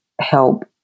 help